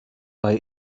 bei